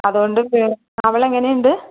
അത് കൊണ്ടിപ്പോൾ അവളെങ്ങനെയുണ്ട്